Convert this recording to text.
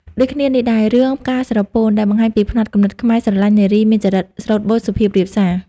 ដូចគ្នានេះដែរ រឿង «ផ្កាស្រពោន» ដែលបង្ហាញពីផ្នត់គំនិតខ្មែរស្រឡាញ់នារីមានចរិតស្លូតបូតសុភាពរាបសារ។